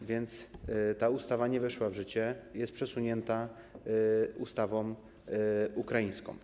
A więc ta ustawa nie weszła w życie, zostało to przesunięte ustawą ukraińską.